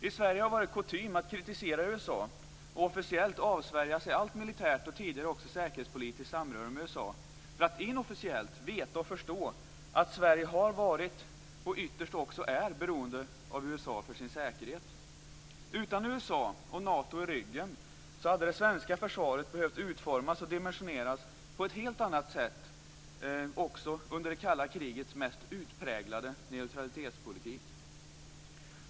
I Sverige har det varit kutym att kritisera USA och officiellt avsvärja sig allt militärt, och tidigare också säkerhetspolitiskt, samröre med USA samtidigt som man inofficiellt vet och förstår att Sverige har varit, och ytterst också är, beroende av USA för sin säkerhet. Utan USA och Nato i ryggen hade det svenska försvaret behövt utformas och dimensioneras på ett helt annat sätt också under det kalla krigets mest utpräglade neutralitetspolitik.